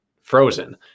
frozen